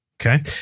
Okay